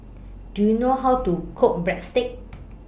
Do YOU know How to Cook Breadsticks